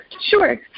Sure